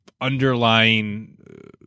underlying